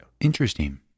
Interesting